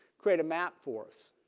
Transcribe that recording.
create a map for us.